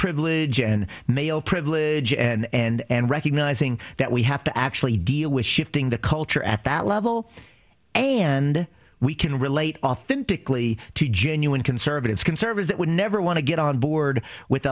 privilege and male privilege and recognizing that we have to actually deal with shifting the culture at that level and we can relate authentically to genuine conservatives can service that would never want to get on board with